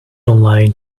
online